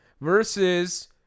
Versus